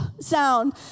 sound